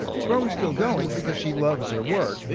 kron's still going because she loves her work.